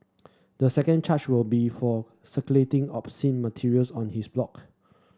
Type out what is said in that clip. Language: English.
the second charge will be for circulating obscene materials on his block